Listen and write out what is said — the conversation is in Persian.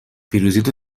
پیروزیت